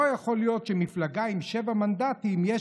לא יכול להיות שלמפלגה עם שבעה מנדטים יש